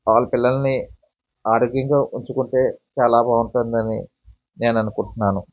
వాళ్ళ పిల్లలని ఆరోగ్యంగా ఉంచుకుంటే చాలా బాగుంటుందని నేను అనుకుంటున్నాను